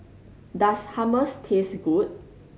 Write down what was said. does Hummus taste good